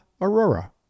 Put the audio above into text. Aurora